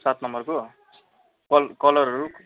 सात नम्बरको कल कलरहरू